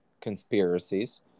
conspiracies